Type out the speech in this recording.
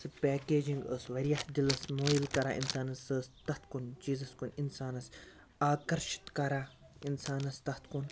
سۄ پیٚکیجِنٛگ ٲسۍ واریاہ دِلَس مٲیل کَران اِنسانَس سۄ ٲسۍ تتھ کُن چیٖزَس کُن اِنسانَس آکَرشِت کَران اِنسانَس تتھ کُن